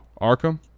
Arkham